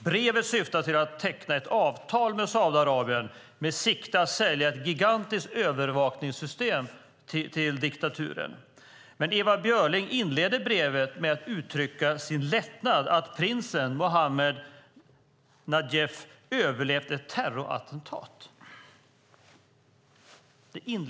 Brevet syftade till att teckna ett avtal med Saudiarabien med sikte att sälja ett gigantiskt övervakningssystem till diktaturen. Ewa Björling inledde brevet med att uttrycka sin lättnad över att prinsen, Mohammed Nayef, hade överlevt ett terrorattentat.